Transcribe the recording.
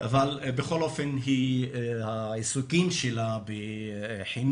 אבל בכל אופן העיסוקים שלה בחינוך,